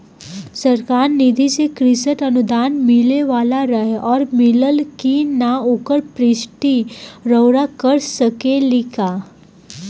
सरकार निधि से कृषक अनुदान मिले वाला रहे और मिलल कि ना ओकर पुष्टि रउवा कर सकी ला का?